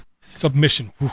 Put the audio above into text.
submission